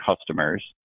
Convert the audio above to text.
customers